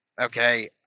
Okay